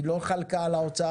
היא לא חלקה על האוצר,